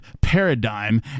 paradigm